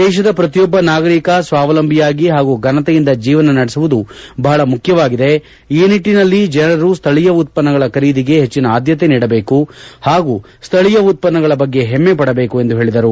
ದೇಶದ ಪ್ರತಿಯೊಬ್ಬ ನಾಗರಿಕನು ಸ್ವಾವಲಂಬಿಯಾಗಿ ಹಾಗೂ ಫನತೆಯಿಂದ ಜೀವನ ನಡೆಸುವುದು ಬಹಳ ಮುಖ್ಯವಾಗಿದೆ ಈ ನಿಟ್ಟಿನಲ್ಲಿ ಜನರು ಸ್ಥಳೀಯ ಉತ್ಪನ್ನಗಳ ಖರೀದಿಗೆ ಹೆಚ್ಚಿನ ಆದ್ಯತೆ ಕೊಡಬೇಕು ಹಾಗೂ ಸ್ಥಳೀಯ ಉತ್ಪನ್ನಗಳ ಬಗ್ಗೆ ಹೆಮ್ಮೆಪಡಬೇಕು ಎಂದು ಹೇಳಿದರು